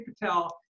Patel